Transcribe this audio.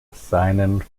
seinen